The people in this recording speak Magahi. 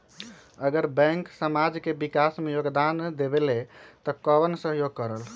अगर बैंक समाज के विकास मे योगदान देबले त कबन सहयोग करल?